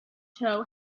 toe